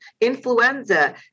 influenza